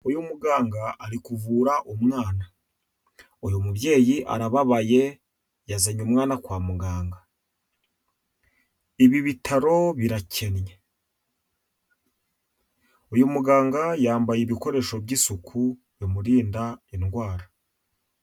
Uyu muganga ari kuvura umwana, uyu mubyeyi arababaye yazanye umwana kwa muganga, ibi bitaro birakennye, uyu muganga yambaye ibikoresho by'isuku bimurinda indwara.